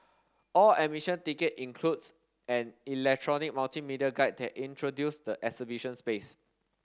all admission ticket includes an electronic multimedia guide that introduce the exhibition space